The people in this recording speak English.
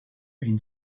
been